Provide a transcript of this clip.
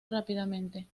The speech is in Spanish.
rápidamente